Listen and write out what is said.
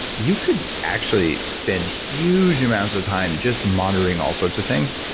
you could actually spend huge amounts of time just monitoring all sorts of things,